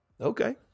Okay